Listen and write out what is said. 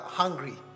hungry